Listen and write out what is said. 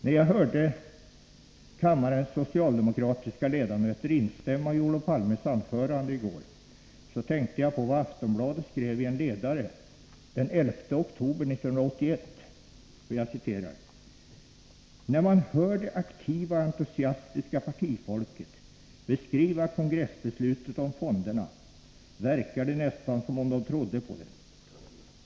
När jag hörde kammarens socialdemokratiska ledamöter instämma i Olof Palmes anförande i går, tänkte jag på vad Aftonbladet skrev i en ledare den 11 oktober 1981, nämligen: ”När man hör det aktiva och entusiastiska partifolket beskriva kongressbeslutet om fonderna verkar det nästan som de trodde på det.